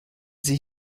sie